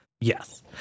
Yes